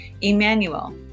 Emmanuel